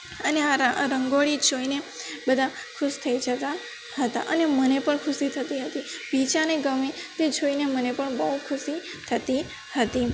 અને આ રંગોળી જોઈને બધા ખુશ થઈ જતાં હતાં અને મને પણ ખુશી થતી હતી બીજાને ગમે તે જોઈને મને પણ બહુ ખુશી થતી હતી